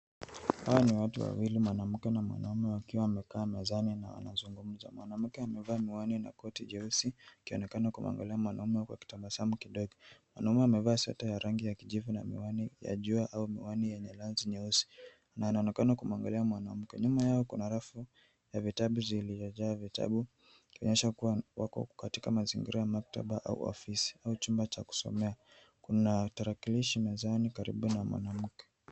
Hawa ni watu wawili, mwanamke na mwanaume, wakiwa wamekaa mezani na wanazungumza. Mwanamke amevaa miwani na koti jeusi akionekana kumwangalia mwanaume huku akitabasamu kidogo. MWanaume amevaa sweta ya rangi ya kijivu na amevaa miwani ya jua au miwani yenye lenzi nyeusi na anaonekana kumwangalia mwanamke. Nyuma yao kuna rafu ya vitabu ziliyojaa vitabu ikionyesha kuwa wako katika mazingira ya maktaba au afisi, au chumba cha kusomea. Kuna tarakilishi mezani karibu na mwanamke.